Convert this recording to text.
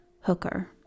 Hooker